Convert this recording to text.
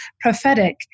prophetic